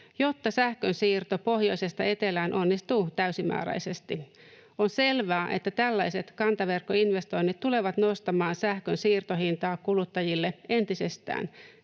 jotta sähkönsiirto pohjoisesta etelään onnistuu täysimääräisesti. On selvää, että tällaiset kantaverkkoinvestoinnit tulevat nostamaan sähkön siirtohintaa kuluttajille entisestään,